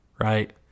right